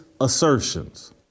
assertions